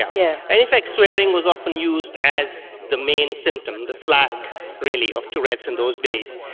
yeah yeah and in fact swearing was often used as the main symptom, the flag really of tourette's in those days,